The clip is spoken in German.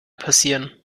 passieren